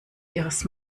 ihres